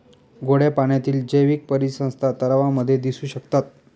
गोड्या पाण्यातील जैवीक परिसंस्था तलावांमध्ये दिसू शकतात